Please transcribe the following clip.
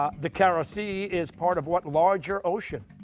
ah the kara sea is part of what larger ocean?